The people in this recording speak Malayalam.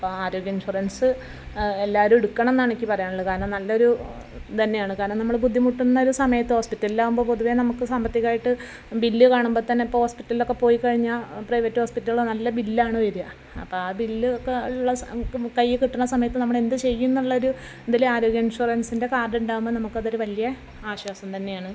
അപ്പം ആരോഗ്യ ഇൻഷുറൻസ് എല്ലാരുടുക്കണം എന്നാണ് എനിക്ക് പറയാനുള്ളത് കാരണം നല്ലൊരു ഇതെന്നെയാണ് കാരണം നമ്മൾ ബുദ്ധിമുട്ടുന്നൊരു സമയത്ത് ഹോസ്പിറ്റലിൽ ആകുമ്പോൾ പൊതുവെ നമുക്ക് സാമ്പത്തികമായിട്ട് ബില്ല് കാണുമ്പോൾ തന്നെ ഹോസ്പിറ്റലിൽ ഒക്കെ പോയി കഴിഞ്ഞാൽ പ്രൈവറ്റ് ഹോസ്പിറ്റലിൽ നല്ല ബില്ലാണ് വരുക അപ്പോൾ ആ ബില്ലൊക്കെ ഉള്ള സമയത്ത് കയ്യിൽ കിട്ടണ സമയത്ത് നമ്മൾ എന്ത് ചെയ്യുംന്നുള്ളൊരു ഒരിതിൽ ആരോഗ്യ ഇൻഷുറൻസിൻ്റെ കാർഡുണ്ടാകുമ്പോൾ നമുക്ക് അതൊരു വലിയ ആശ്വാസം തന്നെയാണ്